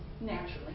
naturally